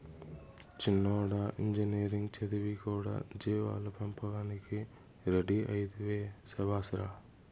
చిన్నోడా ఇంజనీరింగ్ చదివి కూడా జీవాల పెంపకానికి రెడీ అయితివే శభాష్ రా